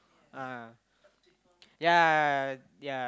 ah yeah yeah